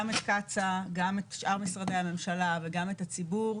גם את קצא"א גם את שאר משרדי הממשלה וגם את הציבור,